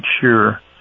sure